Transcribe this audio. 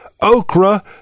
okra